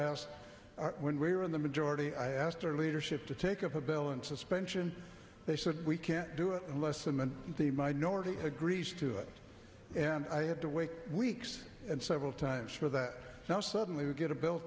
asked when we're in the majority i asked our leadership to take up a bill and suspension they said we can't do it unless i'm in the minority agrees to it and i had to wait weeks and several times for that now suddenly we get a b